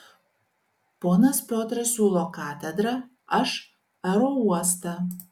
ponas piotras siūlo katedrą aš aerouostą